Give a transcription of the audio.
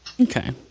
Okay